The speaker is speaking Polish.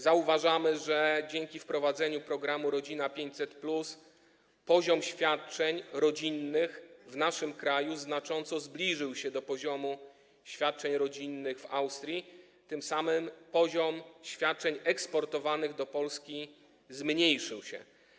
Zauważamy, że dzięki wprowadzeniu programu „Rodzina 500+” poziom świadczeń rodzinnych w naszym kraju znacząco zbliżył się do poziomu świadczeń rodzinnych w Austrii, tym samym poziom świadczeń eksportowanych do Polski obniżył się.